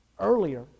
Earlier